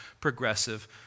progressive